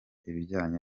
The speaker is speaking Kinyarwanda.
ibijyanye